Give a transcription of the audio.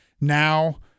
now